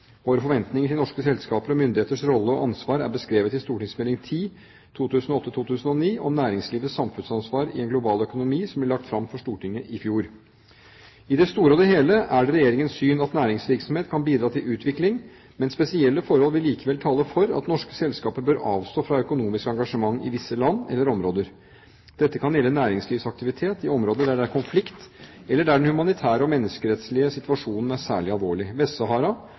Våre forventninger til norske selskaper og myndighetenes rolle og ansvar er beskrevet i St.meld. nr. 10 for 2008–2009, Næringslivets samfunnsansvar i en global økonomi, som ble lagt fram for Stortinget i fjor. I det store og hele er det Regjeringens syn at næringsvirksomhet kan bidra til utvikling, men spesielle forhold vil likevel tale for at norske selskaper bør avstå fra økonomisk engasjement i visse land eller områder. Dette kan gjelde næringslivsaktivitet i områder der det er konflikt, eller der den humanitære og menneskerettslige situasjonen er særlig alvorlig.